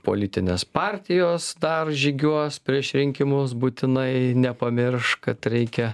politinės partijos dar žygiuos prieš rinkimus būtinai nepamirš kad reikia